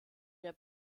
der